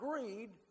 agreed